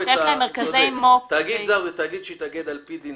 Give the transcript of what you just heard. תאגיד זר הוא תאגיד שהתאגד על פי דין